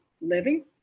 living